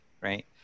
right